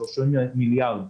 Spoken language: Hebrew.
של 30 מיליארד שקל,